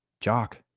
Jock